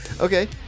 Okay